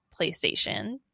PlayStation